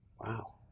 Wow